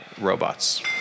robots